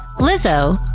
Lizzo